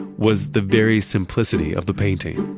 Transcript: was the very simplicity of the painting.